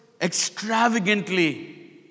extravagantly